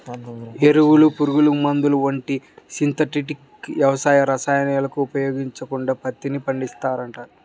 ఎరువులు, పురుగుమందులు వంటి సింథటిక్ వ్యవసాయ రసాయనాలను ఉపయోగించకుండా పత్తిని పండిస్తున్నారు